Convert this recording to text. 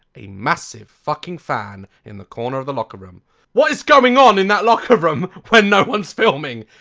a massive fucking fan in the corner of the locker room what is going on in that locker room when no ones filming?